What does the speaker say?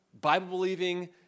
Bible-believing